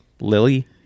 Lily